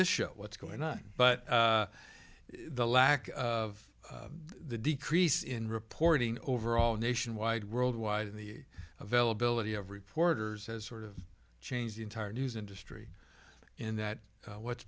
show what's going on but the lack of the decrease in reporting overall nationwide worldwide and the availability of reporters has sort of changed the entire news industry in that what's